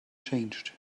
changed